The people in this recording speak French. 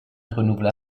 renouvela